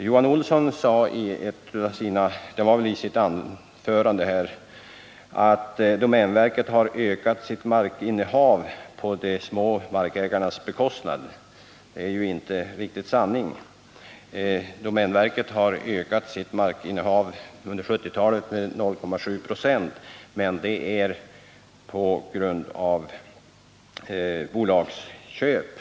Johan Olsson sade att domänverket har ökat sitt markinnehav på de små markägarnas bekostnad. Det är ju inte riktigt sant. Domänverket har ökat sitt markinnehav under 1970-talet med 0.7 26. men det har skett på grund av bolagsköp.